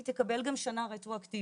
היא תקבל גם שנה רטרואקטיבית.